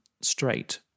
straight